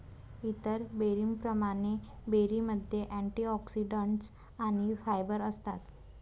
इतर बेरींप्रमाणे, बेरीमध्ये अँटिऑक्सिडंट्स आणि फायबर असतात